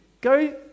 Go